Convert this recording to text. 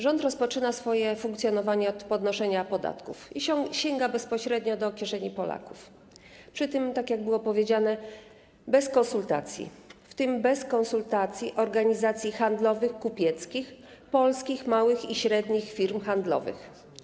Rząd rozpoczyna swoje funkcjonowanie od podnoszenia podatków i sięga bezpośrednio do kieszeni Polaków, przy czym, tak jak było powiedziane, bez konsultacji, w tym bez konsultacji z organizacjami handlowymi, kupieckimi, z polskimi małymi i średnimi firmami handlowymi.